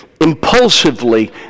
impulsively